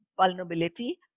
vulnerability